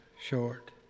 short